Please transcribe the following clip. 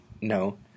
no